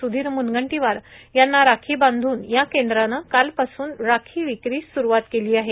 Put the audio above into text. सुधीर मुनगंटीवार यांना राखी बांधून या केंद्रानं कालपासून राखी विक्रीस सुरुवात केली आहे